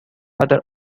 other